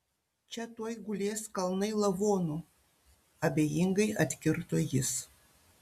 čia tuoj gulės kalnai lavonų abejingai atkirto jis